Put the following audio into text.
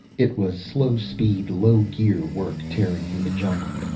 it was slow-speed, low-gear work tearing through the jungle.